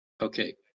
Okay